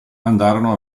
andarono